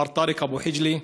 מר טארק אבו חג'לה,